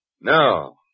No